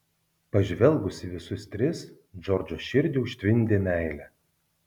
pažvelgus į visus tris džordžo širdį užtvindė meilė